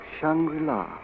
Shangri-La